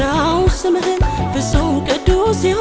no no no